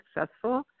successful